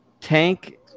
Tank